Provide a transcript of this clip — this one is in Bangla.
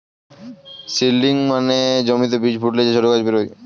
সিডলিং মানে জমিতে বীজ ফুটলে যে ছোট গাছ বেরোয়